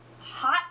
hot